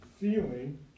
feeling